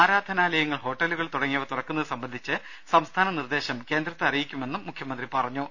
ആരാധനാലയങ്ങൾ ഹോട്ടലുകൾ തുടങ്ങിയവ തുറക്കുന്നത് സംബന്ധിച്ച് സംസ്ഥാന നിർദേശം കേന്ദ്രത്തെ അറിയിക്കുമെന്നും മുഖ്യമന്ത്രി പറഞ്ഞു